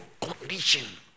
condition